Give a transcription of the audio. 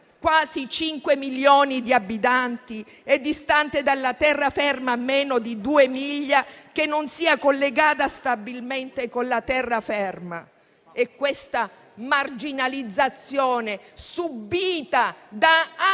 quasi cinque milioni di abitanti, distante dalla terraferma meno di due miglia, che non sia collegata stabilmente con la terraferma. Questa marginalizzazione, subita da anni,